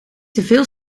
teveel